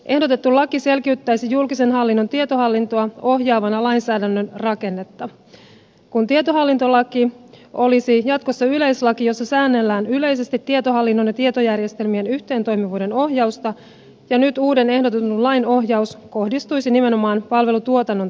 ehdotettu laki selkiyttäisi julkisen hallinnon tietohallintoa ohjaavan lainsäädännön rakennetta kun tietohallintolaki olisi jatkossa yleislaki jossa säännellään yleisesti tietohallinnon ja tietojärjestelmien yhteentoimivuuden ohjausta ja nyt uuden ehdotetun lain ohjaus kohdistuisi nimenomaan palvelutuotannon tasolle